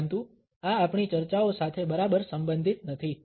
પરંતુ આ આપણી ચર્ચાઓ સાથે બરાબર સંબંધિત નથી